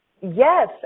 Yes